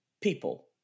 people